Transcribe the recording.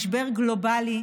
משבר גלובלי,